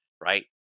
right